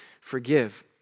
forgive